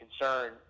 concern